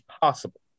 possible